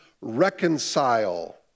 reconcile